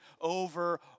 over